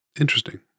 Interesting